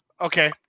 Okay